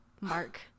Mark